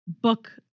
book